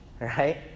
right